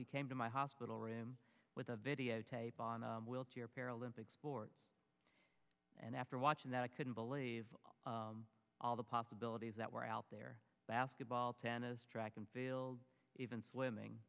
he came to my hospital room with a videotape on wilshere paralympic sport and after watching that i couldn't believe all the possibilities that were out there basketball tennis track and field even swimming